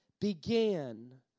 began